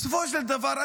בסופו של דבר,